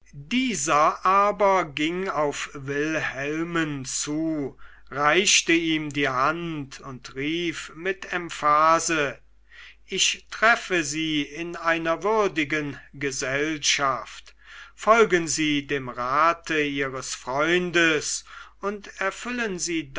dieser aber ging auf wilhelmen zu reichte ihm die hand und rief mit emphase ich treffe sie in einer würdigen gesellschaft folgen sie dem rate ihres freundes und erfüllen sie